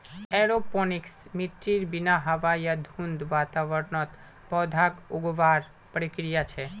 aeroponics मिट्टीर बिना हवा या धुंध वातावरणत पौधाक उगावार प्रक्रिया छे